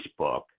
Facebook